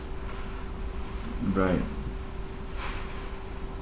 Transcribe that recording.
right